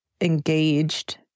engaged